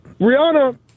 Rihanna